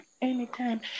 Anytime